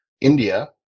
India